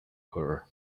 her